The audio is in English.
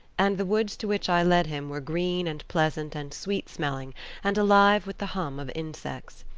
and the woods to which i led him were green and pleasant and sweet-smelling and alive with the hum of insects.